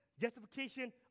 justification